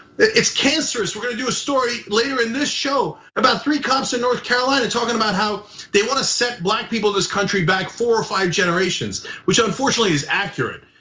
it's cancerous. we're gonna do a story later in this show about three cops in north carolina talking about how they want to set black people in this country back four or five generations, which unfortunately is accurate.